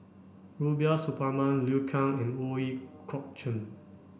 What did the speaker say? Rubiah Suparman Liu Kang and Ooi Kok Chuen